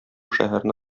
шәһәрне